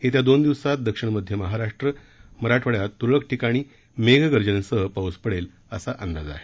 येत्या दोन दिवसात दक्षिण मध्य महाराष्ट्र मराठवाड्यात तुरळक ठिकाणी मेघगर्जनेसह पाऊस पडेल असा अंदाज आहे